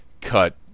cut